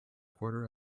quarter